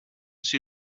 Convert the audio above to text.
see